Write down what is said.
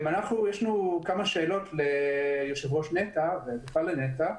יש לנו כמה שאלות ליו"ר נת"ע, ובכלל לנת"ע,